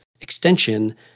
extension